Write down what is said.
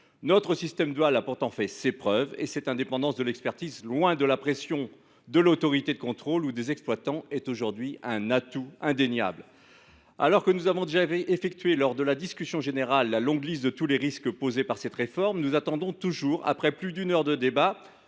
Notre système dual a pourtant fait ses preuves et cette indépendance de l’expertise, loin de la pression de l’autorité de contrôle ou des exploitants, est aujourd’hui un atout indéniable. Alors que nous avons déjà dressé, lors de la discussion générale, la longue liste de tous les risques posés par cette réforme, nous attendons toujours, après plus d’une heure de débat,